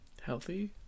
Healthy